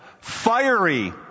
Fiery